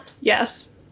Yes